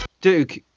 Duke